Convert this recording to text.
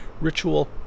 Ritual